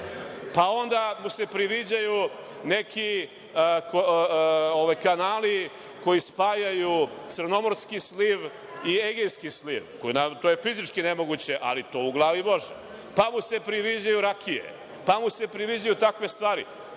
pa onda mu se priviđaju neki kanali koji spajaju Crnogorski sliv i Egejski sliv, to je fizički nemoguće, ali to u glavi može. Pa mu se priviđaju rakije, pa mu se priviđaju takve stvari,